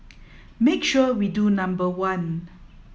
make sure we do number one